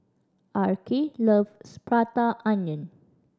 Arkie loves Prata Onion